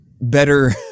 better